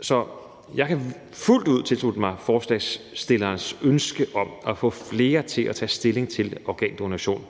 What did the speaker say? Så jeg kan fuldt ud tilslutte mig forslagsstillernes ønske om at få flere til at tage stilling til organdonation,